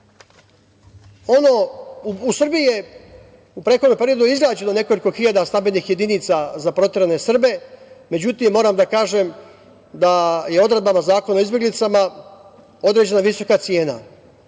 Srbiji je u prethodnom periodu izgrađeno nekoliko hiljada stambenih jedinica za proterane Srbije, međutim, moram da kažem da je odredbama Zakona o izbeglicama određena visoka cena.